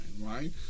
right